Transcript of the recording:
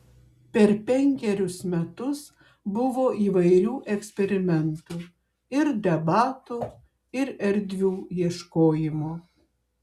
per penkerius metus buvo įvairių eksperimentų ir debatų ir erdvių ieškojimo